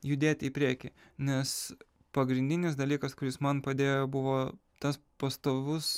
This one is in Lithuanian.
judėti į priekį nes pagrindinis dalykas kuris man padėjo buvo tas pastovus